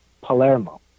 Palermo